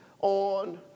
on